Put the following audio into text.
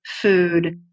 food